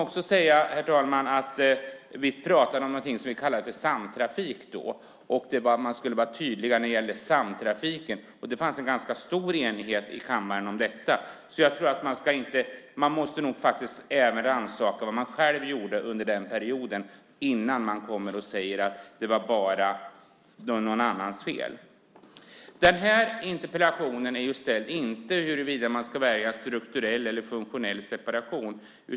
Vi talade däremot om någonting vi kallade för samtrafik. Man skulle vara tydlig när det gäller samtrafiken, och det fanns en ganska stor enighet i kammaren om detta. Så jag tror att man faktiskt måste rannsaka vad man själv gjorde under den perioden innan man kommer och säger att det bara var någon annans fel. Den interpellation jag har framställt gäller inte huruvida man ska välja strukturell eller funktionell separation.